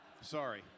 Sorry